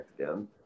again